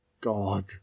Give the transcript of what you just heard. God